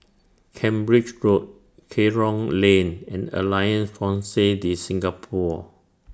Cambridge Road Kerong Lane and Alliance Francaise De Singapour